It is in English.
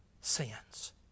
sins